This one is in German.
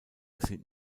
sind